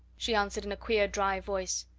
she answered in a queer dry voice.